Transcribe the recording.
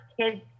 kids